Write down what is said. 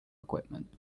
equipment